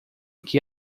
que